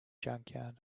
junkyard